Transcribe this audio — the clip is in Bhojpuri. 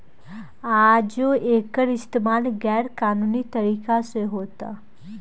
आजो एकर इस्तमाल गैर कानूनी तरीका से होता